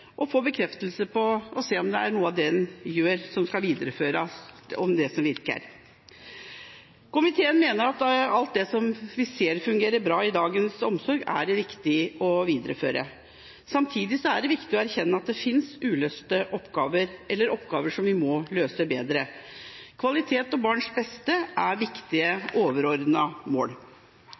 å få vite hva en skal gjøre bedre, og få en bekreftelse på om en skal videreføre noe av det som virker. Komiteen mener at alt det vi ser fungerer bra i dagens omsorg, er det viktig å videreføre. Samtidig er det viktig å erkjenne at det finnes uløste oppgaver, eller oppgaver som vi må løse bedre. Kvalitet og barns beste er viktige overordnede mål.